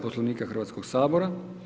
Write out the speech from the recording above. Poslovnika Hrvatskog sabora.